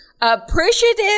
Appreciative